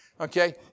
Okay